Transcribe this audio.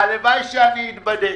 והלוואי שאתבדה.